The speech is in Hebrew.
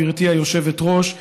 גברתי היושבת-ראש: